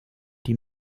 die